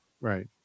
Right